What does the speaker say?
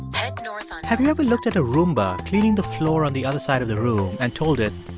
head north on. have you ever looked at a roomba cleaning the floor on the other side of the room and told it,